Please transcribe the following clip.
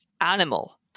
animal